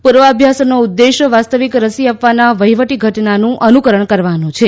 પૂર્વા અભ્યા સનો ઉદ્દેશ વાસ્તવિક રસી આપવાના વહીવટી ઘટનાનું અનુકરણ કરવાનો છે